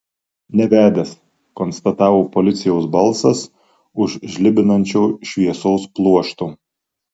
nevedęs konstatavo policijos balsas už žlibinančio šviesos pluošto